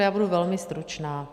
Já budu velmi stručná.